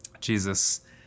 Jesus